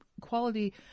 quality